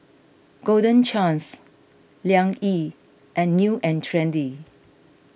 Golden Chance Liang Yi and New and Trendy